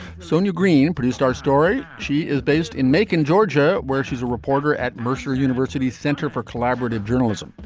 sonia green produced our story. she is based in macon georgia where she is a reporter at mercer university's center for collaborative journalism.